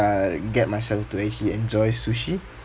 uh get myself to actually enjoy sushi